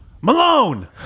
Malone